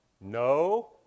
No